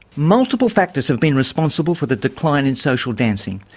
multiple factors have been responsible for the decline in social dancing.